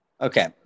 Okay